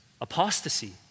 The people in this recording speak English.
Apostasy